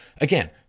again